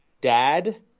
dad